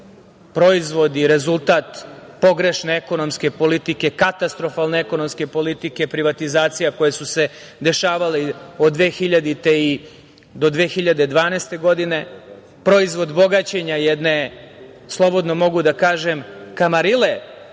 proizvod i rezultat pogrešne ekonomske politike, katastrofalne ekonomske politike, privatizacija koje su se dešavale od 2000. godine do 2012. godine, proizvod bogaćenja jedne slobodno mogu da kažem „kamarile“